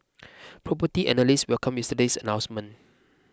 Property Analysts welcomed yesterday's announcement